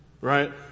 Right